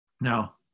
Now